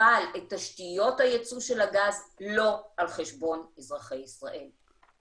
אבל את תשתיות היצוא של הגז לא על חשבון אזרחי ישראל.